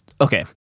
okay